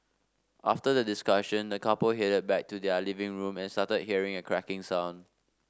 after the discussion the couple headed back to their living room and started hearing a cracking sound